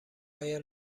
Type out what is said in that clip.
آیا